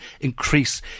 increase